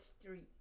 street